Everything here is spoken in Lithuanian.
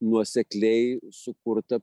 nuosekliai sukurtą